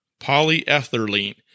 Polyethylene